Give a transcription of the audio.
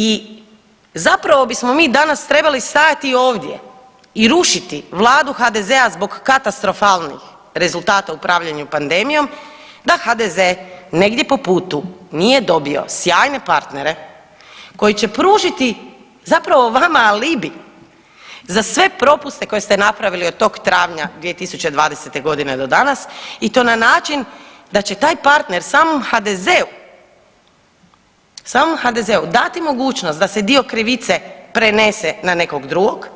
I zapravo bismo mi danas trebali stajati ovdje i rušiti Vladu HDZ-a zbog katastrofalnih rezultata u upravljanju pandemijom da HDZ negdje po putu nije dobio sjajne partnere koji će pružiti zapravo vama alibi za sve propuste koje ste napravili od tog travnja 2020. godine do danas i to na način da će taj partner samom HDZ-u, samom HDZ-u dati mogućnost da se dio krivice prenese na nekog drugog